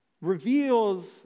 reveals